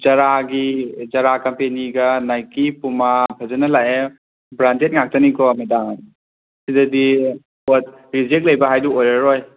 ꯖꯔꯥꯒꯤ ꯖꯔꯥ ꯀꯝꯄꯦꯅꯤꯒ ꯅꯥꯏꯀꯤ ꯄꯨꯃꯥ ꯐꯖꯅ ꯂꯥꯛꯑꯦ ꯕ꯭ꯔꯥꯟꯗꯦꯗ ꯉꯥꯛꯇꯅꯤꯀꯣ ꯃꯦꯗꯥꯝ ꯁꯤꯗꯗꯤ ꯍꯣꯏ ꯔꯤꯖꯦꯛ ꯂꯩꯕ ꯍꯥꯏꯗꯨ ꯑꯣꯏꯔꯔꯣꯏ